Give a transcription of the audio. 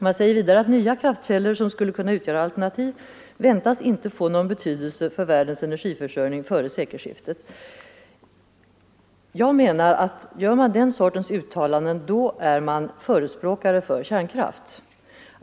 Man säger vidare: ”Nya kraftkällor ——— väntas inte få någon betydelse för världens energiförsörjning före sekelskiftet.” Gör man den sortens uttalanden, då är man enligt min mening förespråkare för kärnkraft.